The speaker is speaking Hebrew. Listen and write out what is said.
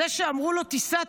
זה שאמרו לו: תיסע,